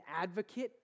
advocate